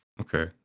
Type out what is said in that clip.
Okay